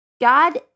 God